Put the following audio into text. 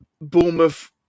Bournemouth